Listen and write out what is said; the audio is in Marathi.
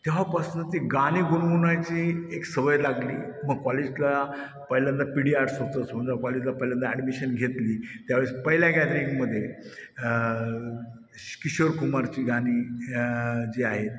तेव्हापासून ती गाणी गुणगुणायची एक सवय लागली मग कॉलेजला पहिल्यांदा पी डी आर्टस होत सोनराव कॉलेजला पहिल्यांदा ॲडमिशन घेतली त्यावेळेस पहिल्या गॅदरिंगमध्ये किशोर कुमारची गाणी जी आहेत